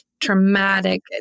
traumatic